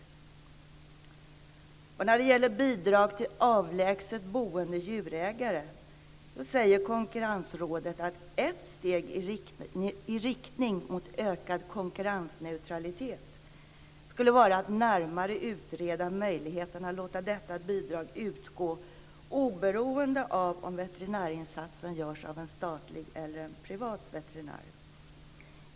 När det gäller bidrag till avlägset boende djurägare säger Konkurrensrådet: Ett steg i riktning mot ökad konkurrensneutralitet skulle vara att närmare utreda möjligheterna att låta detta bidrag utgå, oberoende av om veterinärinsatsen görs av en statlig eller en privat veterinär.